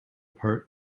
part